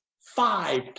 Five